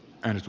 enso